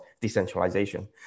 decentralization